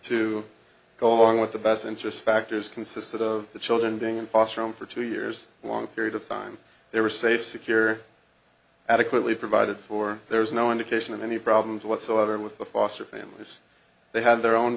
to go along with the best interest factors consisted of the children being in foster home for two years a long period of time they were safe secure adequately provided for there was no indication of any problems whatsoever with the foster families they had their own